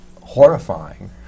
horrifying